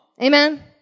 Amen